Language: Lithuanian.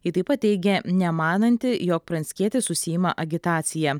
ji taip pat teigia nemananti jog pranckietis užsiima agitacija